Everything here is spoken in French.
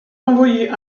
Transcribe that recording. envoyé